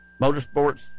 Motorsports